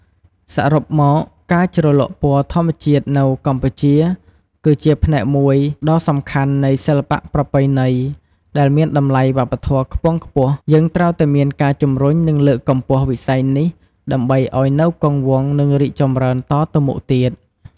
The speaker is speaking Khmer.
សរុបមក ការជ្រលក់ពណ៌ធម្មជាតិនៅកម្ពុជា គឺជាផ្នែកមួយដ៏សំខាន់នៃសិល្បៈប្រពៃណី ដែលមានតម្លៃវប្បធម៌ខ្ពង់ខ្ពស់ យើងត្រូវតែមានការជំរុញ និងលើកកម្ពស់វិស័យនេះ ដើម្បីឲ្យនៅគង់វង្ស និងរីកចម្រើនតទៅមុខទៀត។